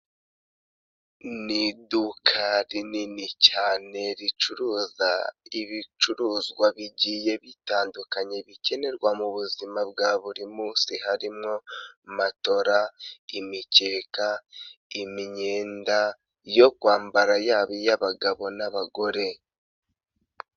Ni iduka rinini cyane ricuruza ibicuruzwa bigiye bitandukanye bikenerwa muzima bwa buri munsi, harimo matola, imikeka, imyenda yo kwambara yaba iy'abagabo n'abagore.